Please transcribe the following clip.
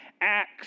Acts